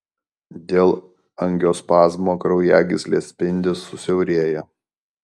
dėl angiospazmo kraujagyslės spindis susiaurėja